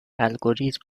الگوریتم